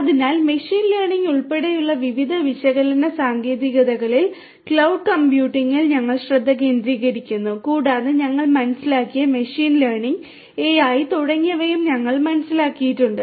അതിനാൽ machine learning ഉൾപ്പെടെയുള്ള വിവിധ വിശകലന സാങ്കേതികതകളിൽ ക്ലൌഡ് കമ്പ്യൂട്ടിംഗിൽ ഞങ്ങൾ ശ്രദ്ധ കേന്ദ്രീകരിക്കുന്നു കൂടാതെ ഞങ്ങൾ മനസ്സിലാക്കിയ മെഷീൻ ലേണിംഗ് AI തുടങ്ങിയവയും ഞങ്ങൾ മനസ്സിലാക്കിയിട്ടുണ്ട്